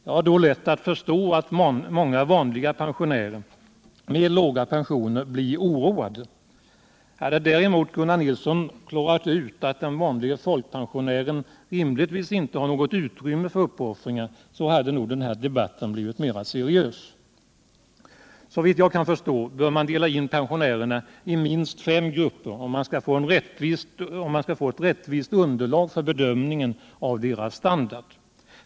Jag har då lätt att förstå att många vanliga pensionärer med låga pensioner blir oroade. Hade Gunnar Nilsson däremot klarat ut att den vanliga folkpensionären rimligtvis inte har något utrymme för uppoffringar, så hade nog debatten blivit mera seriös. Såvitt jag kan förstå bör man dela in pensionärerna i minst fem grupper, om man skall få ett rättvist underlag för bedömningen av deras standard.